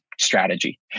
strategy